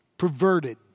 perverted